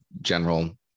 general